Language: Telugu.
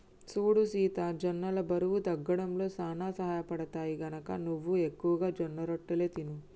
సూడు సీత జొన్నలు బరువు తగ్గడంలో సానా సహయపడుతాయి, గనక నువ్వు ఎక్కువగా జొన్నరొట్టెలు తిను